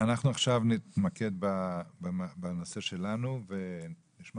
אנחנו עכשיו נתמקד בנושא שלנו ונשמע